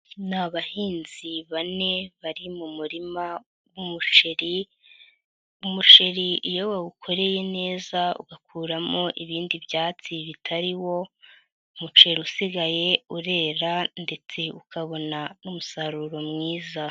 Ni abahinzi bane bari mu murima w'umuceri, umuceri iyo wawukoreye neza ugakuramo ibindi byatsi bitari wo umuceri usigaye urera ndetse ukabona n'umusaruro mwiza.